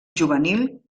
juvenil